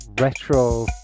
retro